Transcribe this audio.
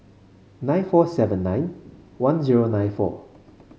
nine four seven nine one zero nine four